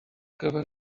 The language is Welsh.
gyfer